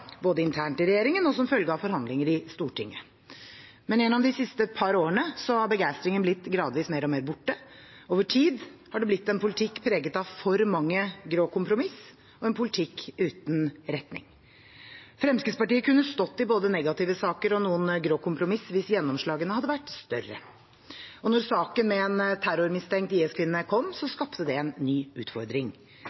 både internt i regjeringen og som følge av forhandlinger i Stortinget, men gjennom de siste par årene har begeistringen blitt gradvis mer og mer borte. Over tid har det blitt en politikk preget av for mange grå kompromiss og en politikk uten retning. Fremskrittspartiet kunne stått i både negative saker og noen grå kompromiss hvis gjennomslagene hadde vært større. Da saken med en terrormistenkt IS-kvinne kom,